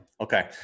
Okay